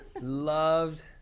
loved